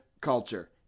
culture